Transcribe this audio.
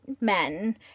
men